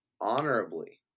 honorably